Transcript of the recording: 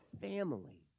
family